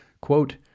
Quote